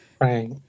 Right